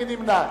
מי נמנע?